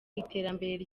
iterambere